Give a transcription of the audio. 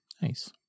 Nice